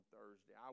Thursday